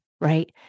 Right